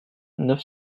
neuf